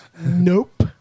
Nope